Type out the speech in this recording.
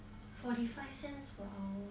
forty five cents per hour